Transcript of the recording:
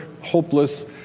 hopeless